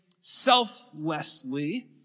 selflessly